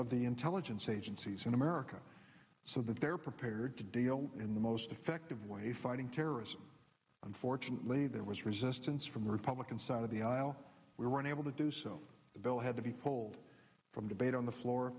of the intelligence agencies in america so that they're prepared to deal in the most effective way fighting terrorism unfortunately there was resistance from the republican side of the aisle were unable to do so the bill had to be pulled from debate on the floor